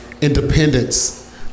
independence